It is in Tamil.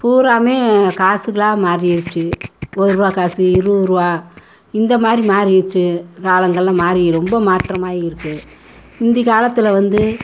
பூறாவுமே காசுகளாக மாறிருச்சு ஒருரூவா காசு இருவதுரூவா இந்த மாரி மாறிருச்சு காலங்கள்லாம் மாறி ரொம்ப மாற்றமாயிருக்கு முந்தி காலத்தில் வந்து